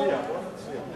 בואו נצביע.